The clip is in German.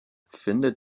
findet